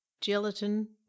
gelatin